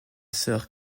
sœur